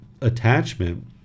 attachment